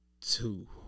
two